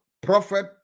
prophet